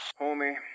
Homie